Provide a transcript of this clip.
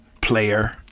Player